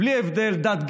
בלי הבדל דת,